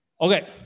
Okay